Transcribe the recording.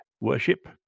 Worship